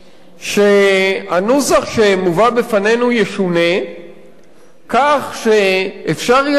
שהנוסח שמובא בפנינו ישונה כך שאפשר יהיה למנות